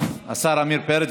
השר עמיר פרץ.